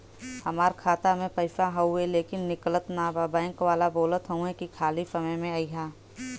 हमार खाता में पैसा हवुवे लेकिन निकलत ना बा बैंक वाला बोलत हऊवे की खाली समय में अईहा